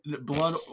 Blood